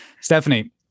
Stephanie